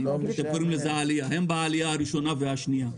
הם קוראים לזה עלייה הן בעלייה הראשונה והן בעלייה השנייה,